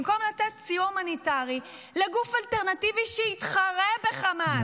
במקום לתת סיוע הומניטרי לגוף אלטרנטיבי שיתחרה בחמאס?